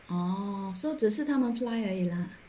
orh so 只是他们 fly 而已 lah